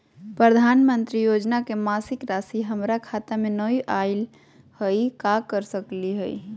प्रधानमंत्री योजना के मासिक रासि हमरा खाता में नई आइलई हई, का कर सकली हई?